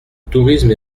tourisme